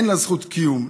אין לה זכות קיום.